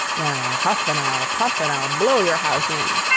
then i'll huff and i'll puff, and i'll blow your house in.